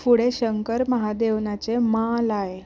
फुडें शंकर महादेवनाचें मा लाय